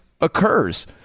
Occurs